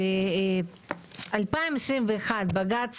ב-2021, בג"צ